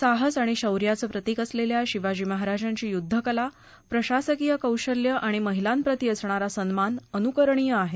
साहस आणि शौर्याचं प्रतीक असलेल्या शिवाजी महाराजांची युद्धकला प्रशासकीय कौशल्य आणि महिलांप्रती असणारा सन्मान अनुकरणीय आहे